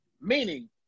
Meaning